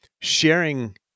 sharing